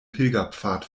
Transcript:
pilgerpfad